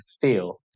feel